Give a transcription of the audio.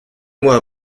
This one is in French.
mois